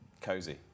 Cozy